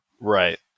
Right